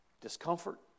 discomfort